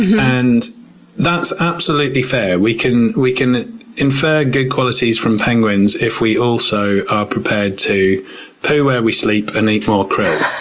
and that's absolutely fair. we can we can infer good qualities from penguins if we also are prepared to poo where we sleep and eat more krill.